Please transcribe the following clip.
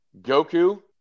goku